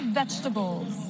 vegetables